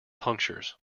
punctures